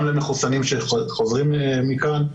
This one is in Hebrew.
צריך לזכור שיש חובת בידוד גם למחוסנים שחוזרים מכאן,